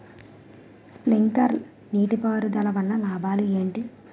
Sprinkler నీటిపారుదల వల్ల లాభాలు ఏంటి?